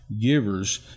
givers